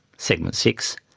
segment six,